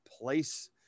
place